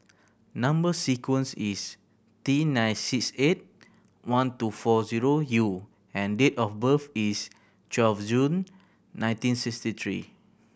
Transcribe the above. number sequence is T nine six eight one two four zero U and date of birth is twelve June nineteen sixty three